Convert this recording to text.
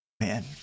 man